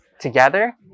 together